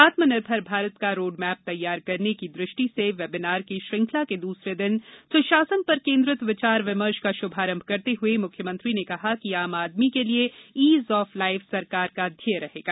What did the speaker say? आत्मनिर्भर भारत को रोडमैप तैयार करने की दृष्टि से वेबनार की श्रृंखला के दूसरे दिन सुशासन पर केन्द्रित विचार विमर्श का शुभारम्भ करते हुए मुख्यमंत्री ने कहा कि आम आदमी के लिये ईज ऑफ लाईफ सरकार का ध्येय रहेगा